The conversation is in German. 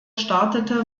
startete